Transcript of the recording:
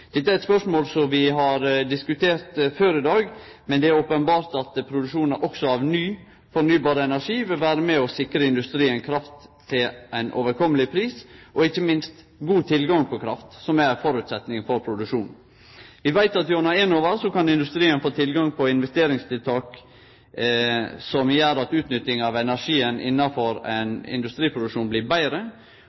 Dette er eit spørsmål som vi har diskutert før i dag, men det er openbert at produksjonen også av ny fornybar energi vil vere med og sikre industrien kraft til ein overkommeleg pris, og ikkje minst god tilgang på kraft, som er føresetnaden for produksjon. Eg veit at gjennom Enova kan industrien få tilgang på investeringstiltak som gjer at utnyttinga av energien innafor ein industriproduksjon blir betre.